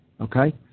Okay